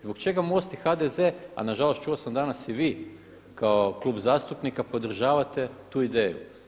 Zbog čega MOST i HDZ a nažalost čuo sam danas i vi kao klub zastupnika podržavate tu ideju?